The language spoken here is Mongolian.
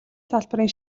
салбарын